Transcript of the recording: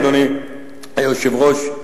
אדוני היושב-ראש,